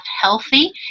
healthy